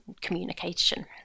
communication